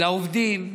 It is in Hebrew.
לעובדים,